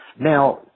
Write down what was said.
Now